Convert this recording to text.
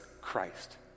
Christ